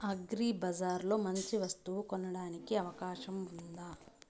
అగ్రిబజార్ లో మంచి వస్తువు కొనడానికి అవకాశం వుందా?